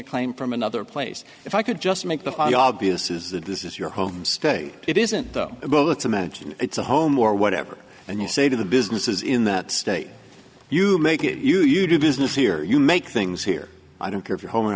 a claim from another place if i could just make the obvious is that this is your home state it isn't though but let's imagine it's a home or whatever and you say to the businesses in that state you make it you you do business here you make things here i don't care if you're home